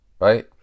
Right